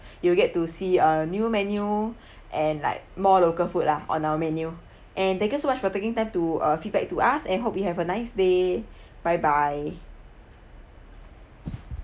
you will get to see uh new menu and like more local food lah on our menu and thank you so much for taking time to uh feedback to us and hope you have a nice day bye bye